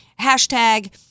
hashtag